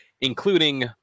including